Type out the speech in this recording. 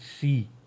see